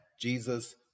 Jesus